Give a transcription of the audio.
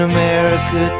America